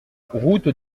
route